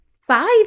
five